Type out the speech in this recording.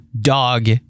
dog